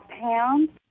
pounds